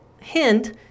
hint